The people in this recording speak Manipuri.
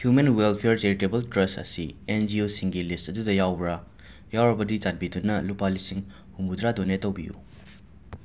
ꯍ꯭ꯌꯨꯃꯦꯟ ꯋꯦꯜꯐ꯭ꯌꯔ ꯆꯦꯔꯤꯇꯦꯕꯜ ꯇ꯭ꯔꯁ ꯑꯁꯤ ꯑꯦꯟ ꯖꯤ ꯑꯣꯁꯤꯡꯒꯤ ꯂꯤꯁ ꯑꯗꯨꯗ ꯌꯥꯎꯕꯔ ꯌꯥꯎꯔꯕꯗꯤ ꯆꯥꯟꯕꯤꯗꯨꯅ ꯂꯨꯄꯥ ꯂꯤꯁꯤꯡ ꯍꯨꯝꯐꯨꯇꯔꯥ ꯗꯣꯅꯦꯠ ꯇꯧꯕꯤꯌꯨ